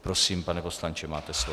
Prosím, pane poslanče, máte slovo.